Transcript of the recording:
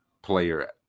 Player